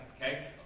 okay